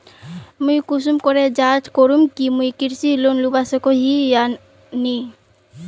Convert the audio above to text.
मुई कुंसम करे जाँच करूम की मुई कृषि लोन लुबा सकोहो ही या नी?